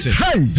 hey